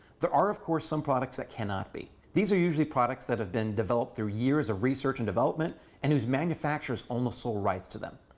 are, of course, some products that cannot be. these are usually products that have been developed through years of research and development and whose manufacturers own the sole right to them.